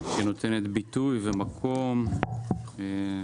היא נותנת ביטוי ומקום לצער,